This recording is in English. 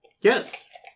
Yes